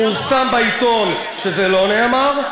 פורסם בעיתון שזה לא נאמר,